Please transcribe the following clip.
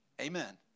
Amen